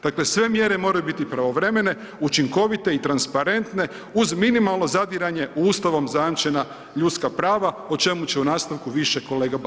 Dakle, sve mjere moraju biti pravovremene, učinkovite i transparentne uz minimalno zadiranje u ustavom zajamčena ljudska prava, o čemu će u nastavku više kolega Bauk.